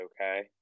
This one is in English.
okay